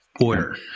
order